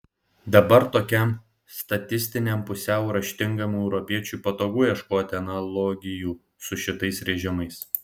dabar tokiam statistiniam pusiau raštingam europiečiui patogu ieškoti analogijų su šitais režimais